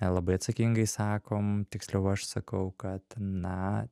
labai atsakingai sakom tiksliau aš sakau kad na